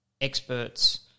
experts